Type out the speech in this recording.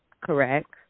correct